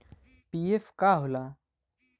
PF का होला?